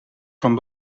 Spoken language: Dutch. van